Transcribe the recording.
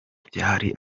byari